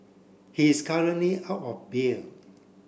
he is currently out on bail